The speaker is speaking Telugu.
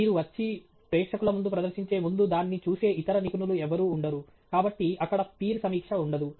మీరు వచ్చి ప్రేక్షకుల ముందు ప్రదర్శించే ముందు దాన్ని చూసే ఇతర నిపుణులు ఎవరూ ఉండరు కాబట్టి అక్కడ పీర్ సమీక్ష ఉండదు